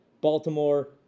Baltimore